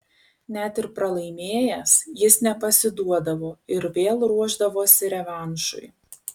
net ir pralaimėjęs jis nepasiduodavo ir vėl ruošdavosi revanšui